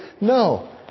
No